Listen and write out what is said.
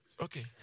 Okay